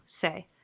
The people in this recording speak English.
say